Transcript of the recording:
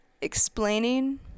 explaining